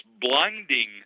blinding